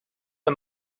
and